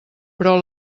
però